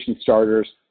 starters